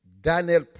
Daniel